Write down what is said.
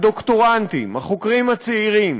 הדוקטורנטים, החוקרים הצעירים.